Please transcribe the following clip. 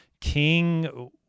king